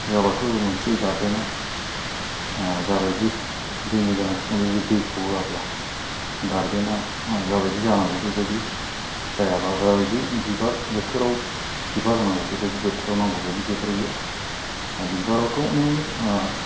होआब्लाथ' मोनसे गार्डेना ओ जाबायदि दैनि गोनांथि दं बे दैखौ होआब्ला गार्डेना जाबायदि जानांगौ बेबादि जायाब्ला दाबादि बिबार बोथोराव बिबार नांगौबादि बिबार गैया बिबारावथ' अनेख अनेख ओ